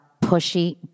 pushy